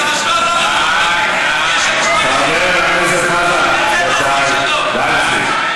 אתה משווה אותו לחברי כנסת, די, די.